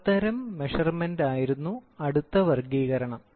power തരം measurement ആയിരുന്നു അടുത്ത വർഗ്ഗീകരണം